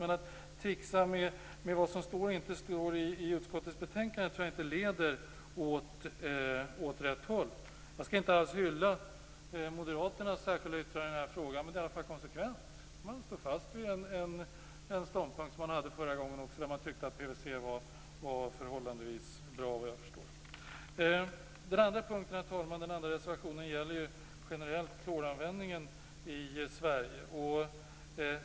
Men att trixa med vad som står eller inte står i utskottet betänkande tror jag inte leder åt rätt håll. Jag skall inte alls hylla moderaternas särskilda yttrande i den här frågan, men det är i alla fall konsekvent. Man står fast vid den ståndpunkt man hade förra gången också, då man tyckte att PVC var förhållandevis bra. Herr talman! Den andra reservationen gäller generellt kloranvändningen i Sverige.